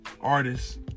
artists